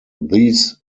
these